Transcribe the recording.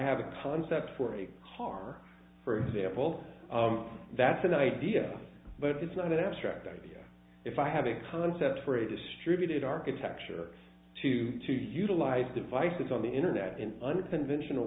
have a punch cept for a car for example that's an idea but it's not an abstract idea if i have a concept for a distributed architecture to to utilize devices on the internet in unconventional